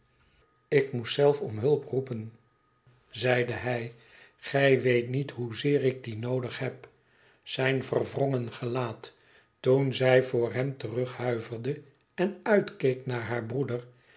ik moest zelf om hulp roepen zeide hij gij weet niet hoezeer ik die noodig heb zijn verwrongen gelaat toen zij voor hem terughuiverde en uitkeek naar haar broeder